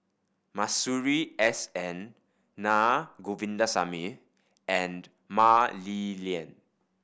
Masuri S N Naa Govindasamy and Mah Li Lian